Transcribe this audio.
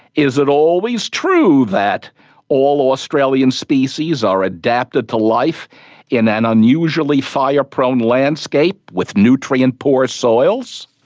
is it always true that all australian species are adapted to life in an unusually fire-prone landscape with nutrient-poor soils?